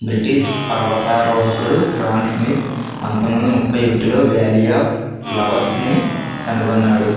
British పర్వతారోహకుడు Frank Smith పంతొమ్మిది వందల ముప్ఫై ఒకటిలో వ్యాలీ ఆఫ్ ఫ్లవర్స్ని కనుగొన్నాడు